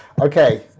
Okay